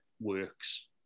works